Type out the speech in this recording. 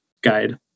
guide